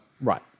right